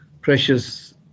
precious